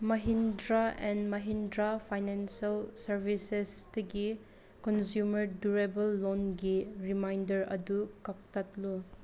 Mahindra and Mahindra financial ꯁꯥꯔꯕꯤꯁꯦꯁꯇꯒꯤ consumer durable ꯂꯣꯟꯒꯤ reminder ꯑꯗꯨ ꯀꯛꯊꯠꯂꯨ